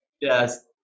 Yes